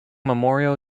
memorial